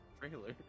trailer